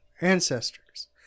ancestors